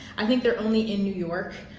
i think they're only in new york,